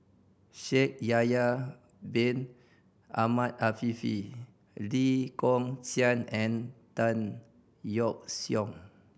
Shaikh Yahya Bin Ahmed Afifi Lee Kong Chian and Tan Yeok Seong